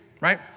right